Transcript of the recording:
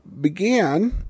began